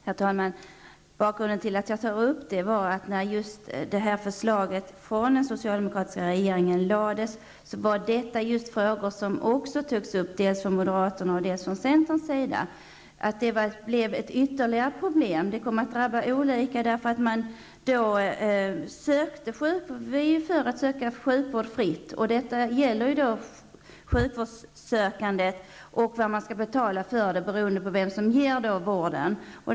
Herr talman! Bakgrunden till att jag tog upp detta var att när förslaget från den socialdemokratiska regeringen lades fram var detta frågor som också togs upp dels från moderaterna, dels från centerns. Det blev ytterligare ett problem, för det kom att drabba olika. Vi är för att man skall kunna söka sjukvård fritt. Detta gäller sjukvårdssökande och vad man skall betala för vården, beroende på vem som ger den.